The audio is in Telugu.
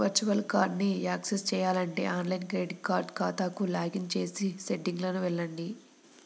వర్చువల్ కార్డ్ని యాక్సెస్ చేయాలంటే ఆన్లైన్ క్రెడిట్ కార్డ్ ఖాతాకు లాగిన్ చేసి సెట్టింగ్లకు వెళ్లండి